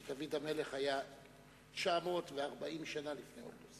שדוד המלך היה 940 שנה לפני הורדוס.